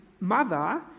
Mother